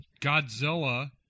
Godzilla